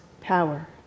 power